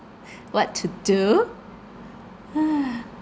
what to do !hais!